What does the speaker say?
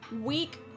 week